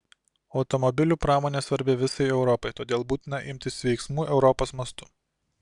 automobilių pramonė svarbi visai europai todėl būtina imtis veiksmų europos mastu